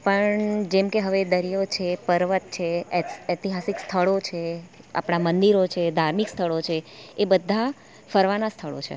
પણ જેમ કે હવે દરિયો છે પર્વત છે એત ઐતિહાસિક સ્થળો છે આપણા મંદિરો છે ધાર્મિક સ્થળો છે એ બધા ફરવાના સ્થળો છે